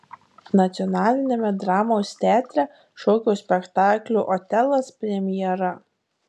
nacionaliniame dramos teatre šokio spektaklio otelas premjera